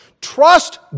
Trust